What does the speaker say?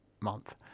month